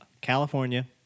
California